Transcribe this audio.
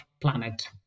planet